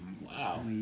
wow